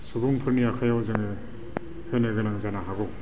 सुबुंफोरनि आखाइयाव जोङो होनो गोनां जानो हागौ